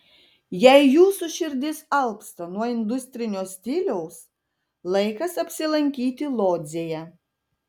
jei jūsų širdis alpsta nuo industrinio stiliaus laikas apsilankyti lodzėje